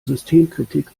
systemkritik